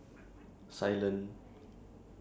library but like quite boring eh